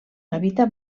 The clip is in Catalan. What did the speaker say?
habita